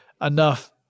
enough